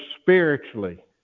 spiritually